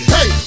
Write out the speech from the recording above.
Hey